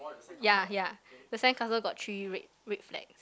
ya ya the sandcastle got three red red flag